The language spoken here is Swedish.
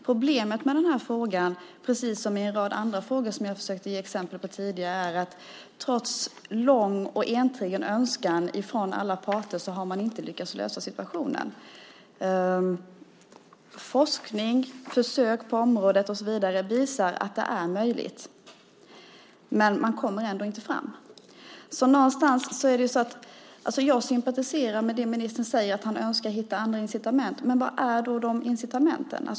Problemet med denna fråga, liksom med en rad andra frågor som jag tidigare försökte ge exempel på, är att trots en lång och enträgen önskan från alla parter har man inte lyckats lösa situationen. Forskning, försök på området och så vidare visar att det är möjligt, men ändå kommer man inte fram. Jag sympatiserar med det ministern säger om att han önskar hitta andra incitament, men vilka är då dessa incitament?